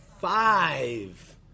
five